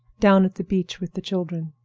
down at the beach with the children.